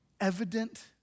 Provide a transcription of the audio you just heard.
evident